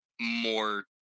more